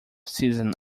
season